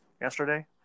yesterday